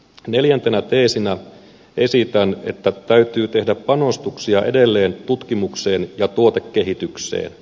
neljäntenä teesinä esitän että täytyy tehdä panostuksia edelleen tutkimukseen ja tuotekehitykseen